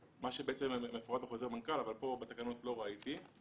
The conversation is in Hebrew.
מה שבעצם מפורט בחוזר מנכ"ל אבל כאן בתקנות זה לא נמצא.